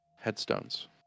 headstones